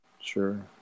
Sure